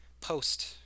post